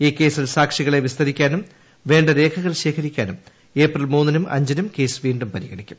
ഇൌ കേസിൽ സാക്ഷികളെ വിസ്തരിക്കാനും വേണ്ട രേഖകൾ ശേഖരിക്കാനും ഏപ്രിൽ മൂന്നിനും അഞ്ചിനും കേസ് വീണ്ടും പരിഗണിക്കും